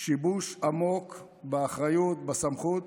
שיבוש עמוק באחריות, בסמכות